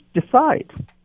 decide